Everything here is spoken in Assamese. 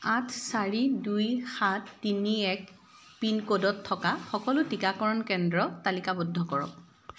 আঠ চাৰি দুই সাত তিনি এক পিনক'ডত থকা সকলো টীকাকৰণ কেন্দ্ৰ তালিকাবদ্ধ কৰক